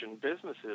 businesses